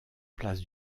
place